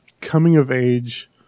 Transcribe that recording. coming-of-age